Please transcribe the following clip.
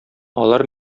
алар